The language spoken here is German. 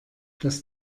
das